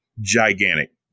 Gigantic